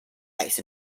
ice